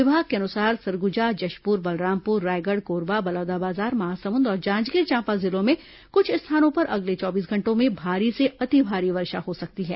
विभाग के अनुसार सरगुजा जशपुर बलरामपुर रायगढ़ कोरबा बलौदाबाजार महासमुद और जांजगीर चांपा जिलों में कुछ स्थानों पर अगले चौबीस घंटों में भारी से अति भारी वर्षा हो सकती है